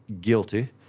guilty